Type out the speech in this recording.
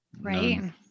right